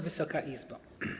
Wysoka Izbo!